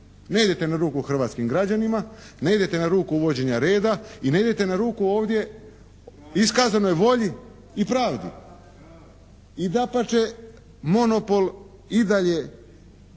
ne idete na ruku hrvatskim građanima, ne idete na ruku uvođenja reda i ne idete na ruku ovdje iskazanoj volji i pravdi i dapače monopol i dalje